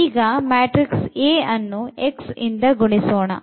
ಈಗ matrix A ಅನ್ನು x ಇಂದ ಗುಣಿಸೋಣ